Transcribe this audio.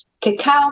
cacao